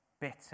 bitter